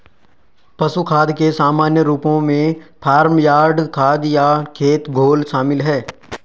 पशु खाद के सामान्य रूपों में फार्म यार्ड खाद या खेत घोल शामिल हैं